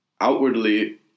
outwardly